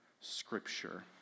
Scripture